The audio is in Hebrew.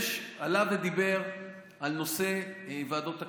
הוא עלה ודיבר על נושא ועדות הכנסת,